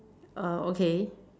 uh okay